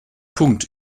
punkt